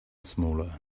smaller